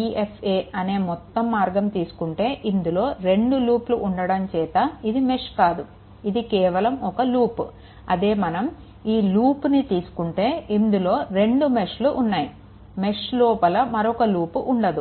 e f a అన్నే మొత్తం మార్గం తీసుకుంటే ఇందులో రెండు లూప్ ఉండటం చేత ఇది మెష్ కాదు ఇది కేవలం ఒక లూప్ అదే మనం ఈ లూప్ ని తీసుకుంటే ఇందులో రెండు మెష్లు ఉన్నాయి మెష్ లోపల మరొక లూప్ ఉండదు